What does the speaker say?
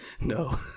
No